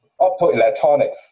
optoelectronics